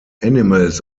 animals